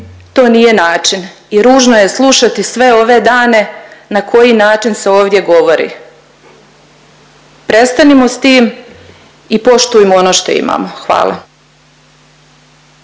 to nije način i ružno je slušati sve ove dane na koji način se ovdje govori. Prestanimo s tim i poštujmo ono što imamo. Hvala.